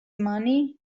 money